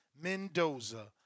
Mendoza